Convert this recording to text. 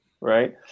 Right